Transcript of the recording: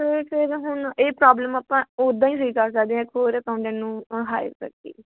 sir ਇਹ ਨਾ ਹੁਣ ਇਹ ਪ੍ਰੋਬਲਮ ਆਪਾਂ ਉੱਦਾਂ ਹੀ ਸਹੀ ਕਰ ਸਕਦੇ ਹਾਂ ਹੋਰ ਅਕਾਊਂਟੈਂਟ ਨੂੰ ਹਾਇਰ ਕਰਕੇ